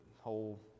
whole